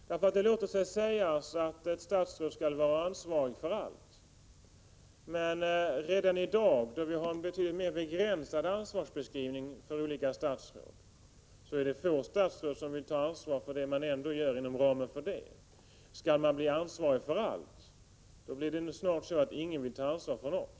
Det låter sig säga att ett statsråd skall vara ansvarig för allt, men redan i dag, då vi har en betydligt mer begränsad ansvarsbeskrivning för olika statsråd, är det få av dem som vill ta ansvar för det som görs inom den ramen. Skall man bli ansvarig för allt, vill kanske snart ingen ta ansvaret för något.